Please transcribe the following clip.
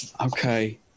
Okay